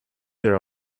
there